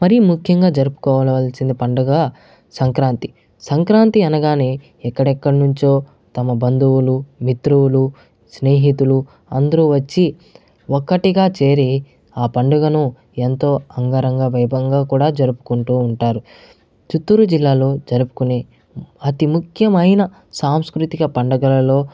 మరీ ముఖ్యంగా జరుపుకోవాల్సిన పండుగ సంక్రాంతి సంక్రాంతి అనగానే ఎక్కడి ఎక్కడి నుంచో తమ బంధువులు మిత్రువులు స్నేహితులు అందరు వచ్చి ఒక్కటిగా చేరి ఆ పండుగను ఎంతో అంగరంగ వైభవంగా కూడా జరుపుకుంటూ ఉంటారు చిత్తూరు జిల్లాలో జరుపుకునే అతి ముఖ్యమైన సాంస్కృతిక పండగలలో